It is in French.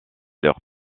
leurs